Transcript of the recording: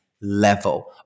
level